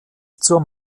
zur